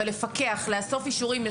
אבל לפקח, לאסוף אישורים.